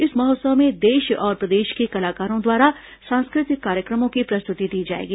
इस महोत्सव में देश प्रदेश के कलाकारों द्वारा सांस्कृतिक कार्यक्रमों की प्रस्तुति दी जाएगी